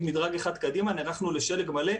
מדרג אחד קדימה נערכנו לשלג מלא,